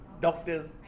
Doctors